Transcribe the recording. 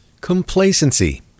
complacency